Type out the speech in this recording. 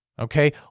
Okay